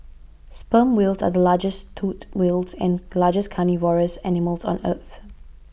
sperm whales are the largest toothed whales and largest carnivorous animals on earth